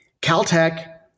Caltech